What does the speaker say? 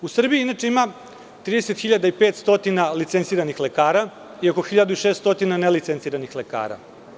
U Srbiji inače ima 30.500 licenciranih lekara i oko 1600 nelicenciranih lekara.